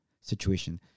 situation